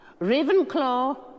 Ravenclaw